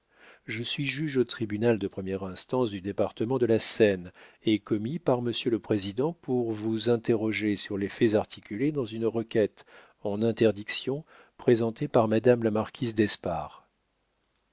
je suis juge au tribunal de première instance du département de la seine et commis par monsieur le président pour vous interroger sur les faits articulés dans une requête en interdiction présentée par madame la marquise d'espard